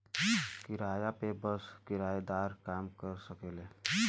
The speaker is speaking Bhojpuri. किराया पे बस किराएदारे काम कर सकेला